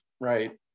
right